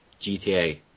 GTA